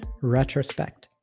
Retrospect